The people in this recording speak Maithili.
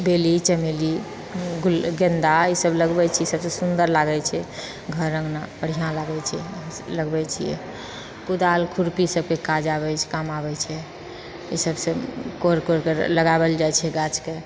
बेली चमेली गुल गेन्दा इसब लगबैछी सबसँ सुन्दर लागैत छै घर अङ्गना बढ़िआँ लागैत छै इसब लगबैछिए कुदाल खुरपी सबके काज आबैछै काम आबैछेै ई सबसँ कोरि कोरिके लगाओल जाइत छै गाछके